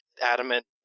adamant